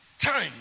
time